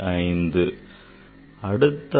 5 அடுத்த அளவு 10